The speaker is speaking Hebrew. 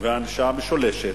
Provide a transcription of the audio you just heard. והענישה המשולשת,